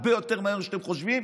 הרבה יותר מהר ממה שאתם חושבים,